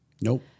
Nope